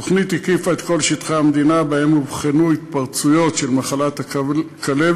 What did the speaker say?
התוכנית הקיפה את כל שטחי המדינה שבהם אובחנו התפרצויות של מחלת הכלבת,